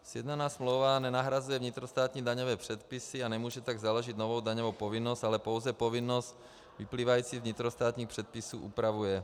Sjednaná smlouva nenahrazuje vnitrostátní daňové předpisy a nemůže tak založit novou daňovou povinnost, ale pouze povinnost vyplývající z vnitrostátních předpisů upravuje.